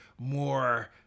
more